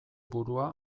burua